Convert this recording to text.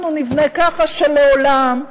אנחנו נבנה ככה שלעולם,